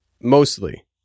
mostly